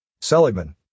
Seligman